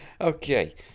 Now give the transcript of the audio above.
Okay